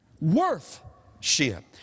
worth-ship